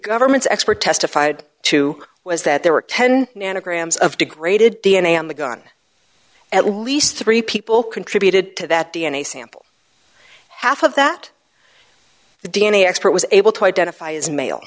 government's expert testified to was that there were ten grams of degraded d n a on the gun at least three people contributed to that d n a sample half of that the d n a expert was able to identify as male